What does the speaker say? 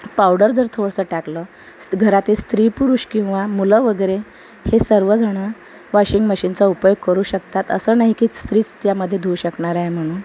powder जर थोडंसं टाकलं स् घरातील स्त्री पुरुष किंवा मुलं वगैरे हे सर्वजण वॉशिंग मशीनचा उपयोग करू शकतात असं नाही की स्त्रीच यामध्ये धूवू शकणार आहे म्हणून